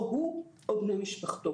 או הוא או בני משפחתו.